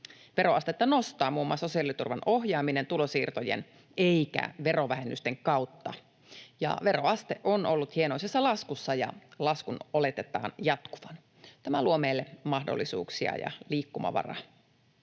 Veroastetta nostaa muun muassa sosiaaliturvan ohjaaminen tulonsiirtojen eikä verovähennysten kautta. Veroaste on ollut hienoisessa laskussa, ja laskun oletetaan jatkuvan. Tämä luo meille mahdollisuuksia ja liikkumavaraa.